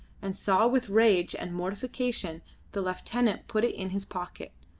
and saw with rage and mortification the lieutenant put it in his pocket,